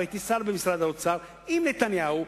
והייתי שר במשרד האוצר עם נתניהו,